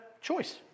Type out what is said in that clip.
choice